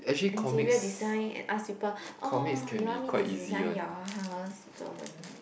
interior design and ask people oh you want me to design your house people won't